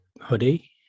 hoodie